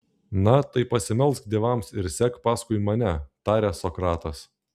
na tai pasimelsk dievams ir sek paskui mane taria sokratas